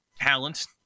talent